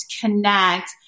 connect